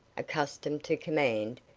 accustomed to command,